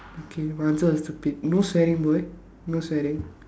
okay must answer the stupid no swearing word no swearing